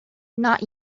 not